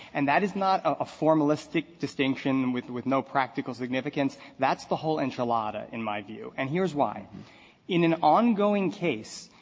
and that is not a formalistic distinction with with no practical significance. that's the whole enchilada in my view, and here's why in an ongoing case,